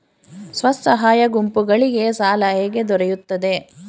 ಸ್ವಸಹಾಯ ಗುಂಪುಗಳಿಗೆ ಸಾಲ ಹೇಗೆ ದೊರೆಯುತ್ತದೆ?